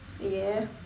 yes